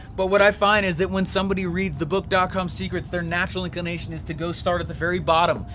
but what i find is that when somebody reads the book dotcom secrets their natural inclination is to go start at the very bottom.